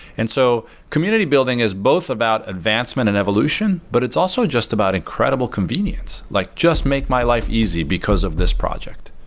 and so community building is both about advancement and evolution, but it's also just about incredible convenience, like just make my life easy because of this project,